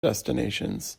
destinations